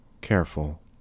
careful